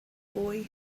boy